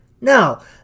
Now